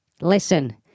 Listen